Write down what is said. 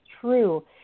true